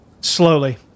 Slowly